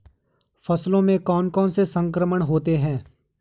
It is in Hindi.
फसलों में कौन कौन से संक्रमण होते हैं?